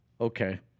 Okay